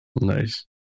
Nice